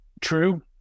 True